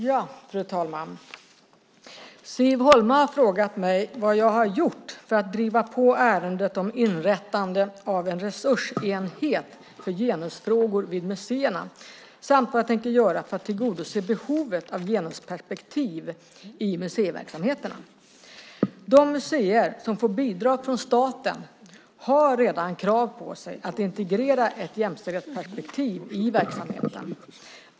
Fru talman! Siv Holma har frågat mig vad jag har gjort för att driva på ärendet om inrättande av en resursenhet för genusfrågor vid museerna samt vad jag tänker göra för att tillgodose behovet av genusperspektiv i museiverksamheterna. De museer som får bidrag från staten har redan krav på sig att integrera ett jämställdhetsperspektiv i verksamheten.